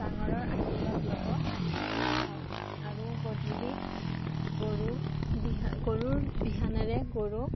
ডাঙৰৰ আশীৰ্বাদ ল'ব যায় আৰু গধূলি গৰু গৰুৰ বিহানেৰে গৰুক